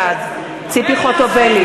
בעד ציפי חוטובלי,